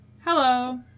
Hello